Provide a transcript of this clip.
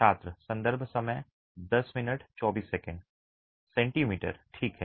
छात्र संदर्भ समय 1024 सेंटीमीटर ठीक है